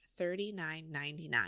$39.99